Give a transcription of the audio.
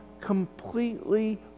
completely